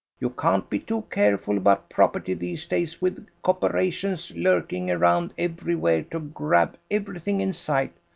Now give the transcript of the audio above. you can't be too careful about property these days with copperations lurkin' around everywhere to grab everything in sight.